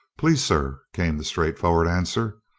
please, sir, came the straightforward answer,